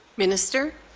minister.